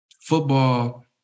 football